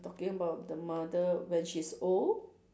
talking about the mother when she's old